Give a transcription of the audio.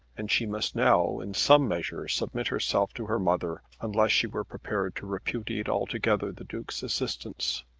and she must now in some measure submit herself to her mother unless she were prepared to repudiate altogether the duke's assistance.